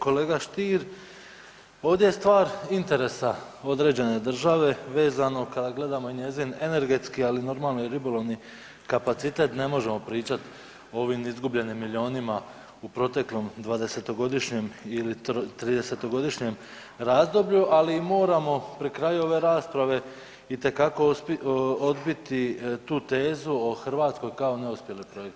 Kolega Stier, ovdje je stvar interesa određene države vezano, kada gledamo njezin energetski, ali normalno, i ribolovni kapacitet, ne možemo pričati o ovim izgubljenim milijunima u proteklom 20-godišnjem ili 30-godišnjem razdoblju, ali moramo pri kraju ove rasprave itekako odbiti tu tezu o Hrvatskoj kao neuspjeli projekt.